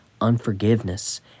unforgiveness